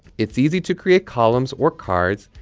it's easy to create columns or cards,